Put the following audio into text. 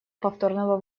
повторного